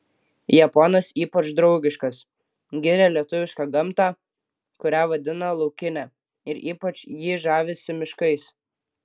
japonas ypač draugiškas giria lietuvišką gamtą kurią vadina laukine ir ypač jį žavisi miškais